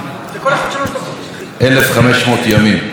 1,500 ימים,